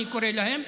אני קורא להם: